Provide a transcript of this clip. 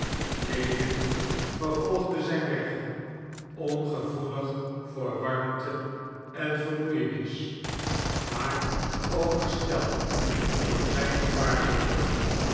lewin vervolgde zijn weg ongevoelig voor warmte en vermoeienis maar overstelpt door zijn gewaarwordingen